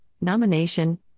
nomination